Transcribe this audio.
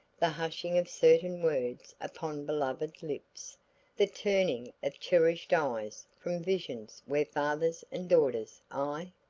the hushing of certain words upon beloved lips the turning of cherished eyes from visions where fathers and daughters ay,